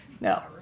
No